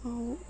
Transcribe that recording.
ଆଉ